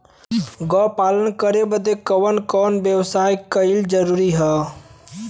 गोपालन करे बदे कवन कवन व्यवस्था कइल जरूरी ह?